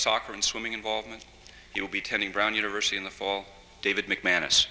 soccer and swimming involvement you'll be attending brown university in the fall david mcmanus